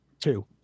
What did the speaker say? Two